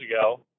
ago